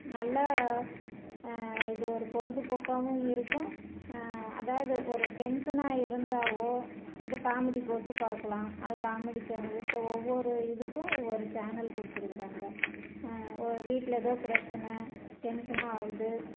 நல்லா இது ஒரு பொழுதுபோக்காவும் இருக்கும் அதாவது ஒரு டென்சனாக இருந்தாவோ எதோ காமெடி போட்டு பார்க்கலாம் அது காமெடி சேனலு இப்போ ஒவ்வொரு இதுக்கும் ஒவ்வொரு சேனல் கொடுத்துருக்குறாங்க வீட்டில் எதோ பிரச்சனை டென்சனாக ஆகுது